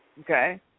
Okay